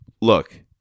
Look